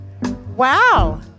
Wow